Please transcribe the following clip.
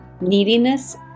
Neediness